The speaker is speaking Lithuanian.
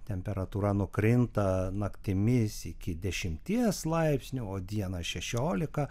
temperatūra nukrinta naktimis iki dešimties laipsnių o dieną šešiolika